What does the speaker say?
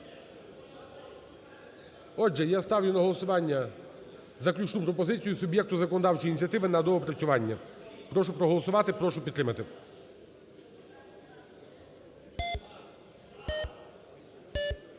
Отже, я ставлю на голосування заключну пропозицію: суб'єкту законодавчої ініціативи на доопрацювання. Прошу проголосувати. Прошу підтримати. 14:06:43 За-203